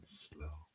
slow